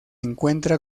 encuentra